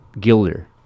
Gilder